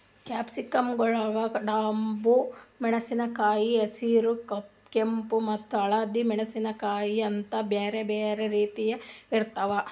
capsicum ಗೊಳ್ದಾಗ್ ಡಬ್ಬು ಮೆಣಸಿನಕಾಯಿ, ಹಸಿರ, ಕೆಂಪ ಮತ್ತ ಹಳದಿ ಮೆಣಸಿನಕಾಯಿ ಅಂತ್ ಬ್ಯಾರೆ ಬ್ಯಾರೆ ರೀತಿದ್ ಇರ್ತಾವ್